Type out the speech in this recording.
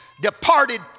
departed